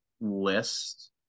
list